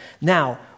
Now